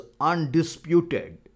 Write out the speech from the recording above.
undisputed